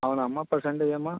అవునా అమ్మ పర్సంటేజ్ అమ్మా